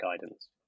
guidance